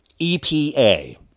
EPA